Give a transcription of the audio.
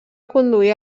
conduir